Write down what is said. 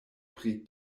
pri